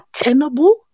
attainable